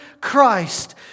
Christ